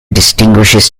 distinguishes